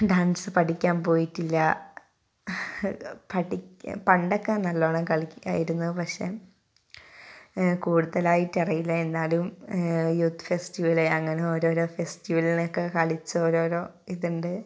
dance പഠിക്കാൻ പോയിട്ടില്ല പണ്ടൊക്കെ നല്ലോണം കളിക്കുമായിരുന്നു പക്ഷെ കൂടുതലായിട്ട് അറിയില്ല എന്നാലും യൂത്ത് ഫെസ്റ്റിവല് അങ്ങനെ ഓരോരോ ഫെസ്റ്റിവലിനൊക്കെ കളിച്ചു ഓരോരോ ഇതുണ്ട്